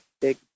big